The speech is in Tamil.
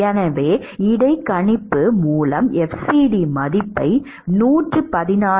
எனவே இடைக்கணிப்பு மூலம் fcd மதிப்பை 116